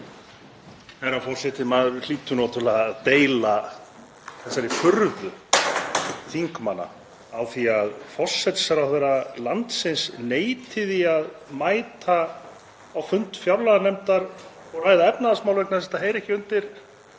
Herra forseti. Maður hlýtur náttúrlega að deila þessari furðu þingmanna á því að forsætisráðherra landsins neiti að mæta á fund fjárlaganefndar og ræða efnahagsmál vegna þess að þetta heyri ekki undir